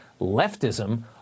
Leftism